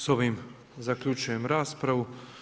Sa ovim zaključujem raspravu.